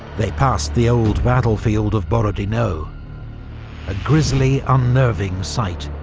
they passed the old battlefield of borodino a grisly, unnerving sight,